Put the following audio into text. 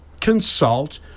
consult